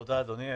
תודה, אדוני.